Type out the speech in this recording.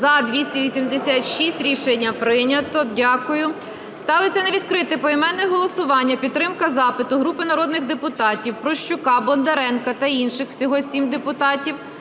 За-286 Рішення прийнято. Дякую. Ставиться на відкрите поіменне голосування підтримка запиту групи народних депутатів (Прощука, Бондаренка та інших. Всього 7 депутатів)